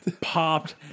popped